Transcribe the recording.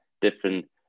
different